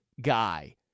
guy